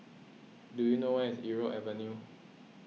do you know where is Irau Avenue